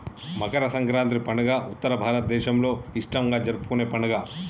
మకర సంక్రాతి పండుగ ఉత్తర భారతదేసంలో ఇష్టంగా జరుపుకునే పండుగ